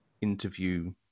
interview